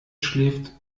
schläft